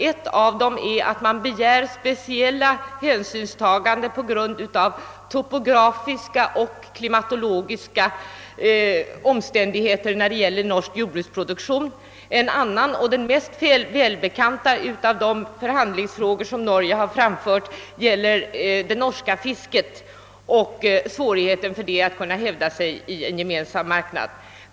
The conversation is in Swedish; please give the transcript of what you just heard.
Ett av kraven är en begäran om speciella hänsynstaganden på grund av topografiska och klimatologiska förhållanden för norsk jordbruksproduktion. En annan — och den mest välbekanta — av de förhandlingsfrågor som Norge har tagit upp gäller det norska fisket och dess svårigheter att kunna hävda sig i en gemensam marknad.